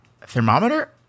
Thermometer